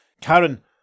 Karen